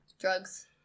Drugs